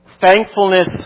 thankfulness